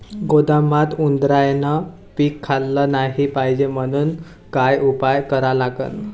गोदामात उंदरायनं पीक खाल्लं नाही पायजे म्हनून का उपाय करा लागन?